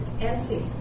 empty